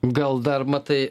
gal dar matai